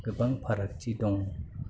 गोबां फारागथि दं